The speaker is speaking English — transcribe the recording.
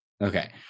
Okay